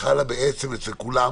קרתה אצל כולם.